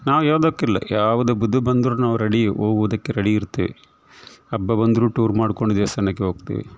ನಾವು ಹೇಳ್ಬೇಕಿಲ್ಲ ಯಾವುದು ಇದು ಬಂದ್ರೂ ನಾವು ರೆಡಿ ಓಗುದಕ್ಕೆ ರೆಡಿ ಇರ್ತೇವೆ ಹಬ್ಬ ಬಂದರು ಟೂರ್ ಮಾಡಿಕೊಂಡು ದೇವಸ್ಥಾನಕ್ಕೆ ಹೋಗ್ತೇವೆ